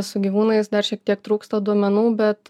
su gyvūnais dar šiek tiek trūksta duomenų bet